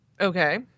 Okay